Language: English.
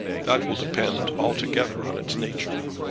that will depend altogether on its nature.